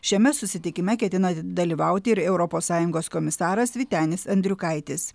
šiame susitikime ketina dalyvauti ir europos sąjungos komisaras vytenis andriukaitis